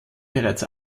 bereits